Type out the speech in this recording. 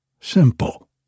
simple